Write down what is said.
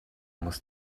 muss